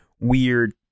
weird